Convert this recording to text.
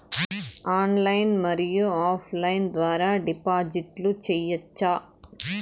Online మరియు offline ద్వారా డిపాజిట్లు సేయొచ్చా?